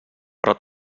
però